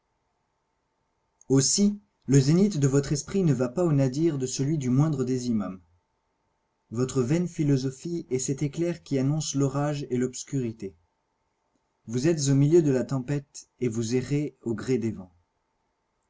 aussi le zénith de votre esprit ne va pas au nadir de celui du moindre des immaums votre vaine philosophie est cet éclair qui annonce l'orage et l'obscurité vous êtes au milieu de la tempête et vous errez au gré des vents